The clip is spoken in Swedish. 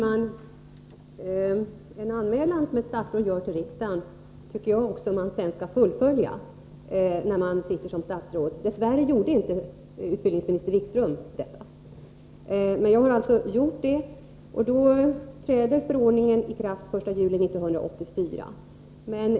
Herr talman! När man som statsråd gör en anmälan till riksdagen skall man sedan också fullfölja denna. Dess värre gjorde inte utbildningsminister Wikström detta. Men jag har alltså gjort det, och förordningen träder i kraft den 1 juli 1984.